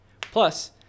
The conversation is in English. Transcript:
Plus